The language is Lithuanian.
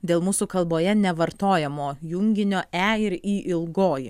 dėl mūsų kalboje nevartojamo junginio e ir y ilgoji